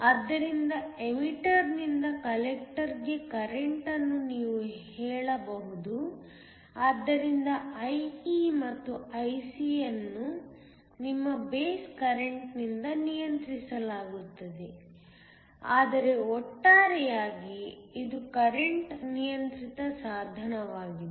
ಆದ್ದರಿಂದ ಎಮಿಟರ್ನಿಂದ ಕಲೆಕ್ಟರ್ಗೆ ಕರೆಂಟ್ ಅನ್ನು ನೀವು ಹೇಳಬಹುದು ಆದ್ದರಿಂದ IE ಮತ್ತು IC ಅನ್ನು ನಿಮ್ಮ ಬೇಸ್ ಕರೆಂಟ್ ನಿಂದ ನಿಯಂತ್ರಿಸಲಾಗುತ್ತದೆ ಆದರೆ ಒಟ್ಟಾರೆಯಾಗಿ ಇದು ಕರೆಂಟ್ ನಿಯಂತ್ರಿತ ಸಾಧನವಾಗಿದೆ